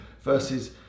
versus